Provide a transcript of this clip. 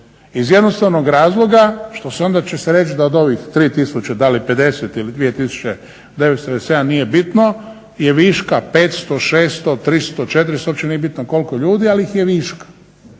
Iz jednostavnog razloga što onda će se reći da od ovih 3000 da li 50 ili 2997 nije bitno je viška 500, 600, 300, 400, uopće nije bitno koliko ljudi ali ih je viška.